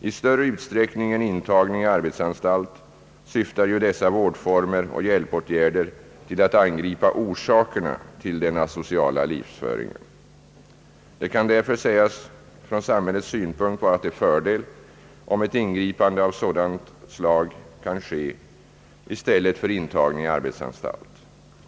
I större utsträckning än intagning i arbetsanstalt syftar dessa vårdformer och hjälpåtgärder till att angripa orsakerna till den asociala livsföringen. Det kan därför sägas från samhällets synpunkt vara till fördel om ett ingripande av sådant slag kan ske i stället för intagning i arbetsanstalt.